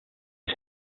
use